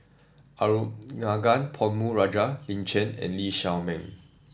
Arumugam Ponnu Rajah Lin Chen and Lee Shao Meng